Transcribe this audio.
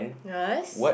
rice